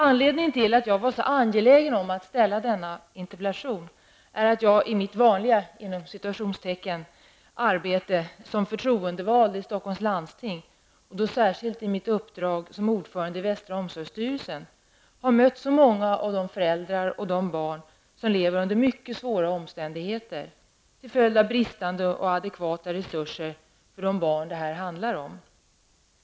Anledningen till att jag var så angelägen om att ställa denna interpellation är att jag i mitt ''vanliga'' arbete som förtroendevald i Stockholms läns landsting, och då särskilt i mitt uppdrag som ordförande i västra omsorgsstyrelsen, har mött så många av de föräldrar och barn som lever under mycket svåra omständigheter till följd av bristande och adekvata resurser för de barn det här handlar om.